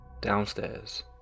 downstairs